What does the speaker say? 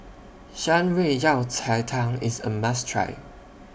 Shan Rui Yao Cai Tang IS A must Try